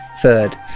third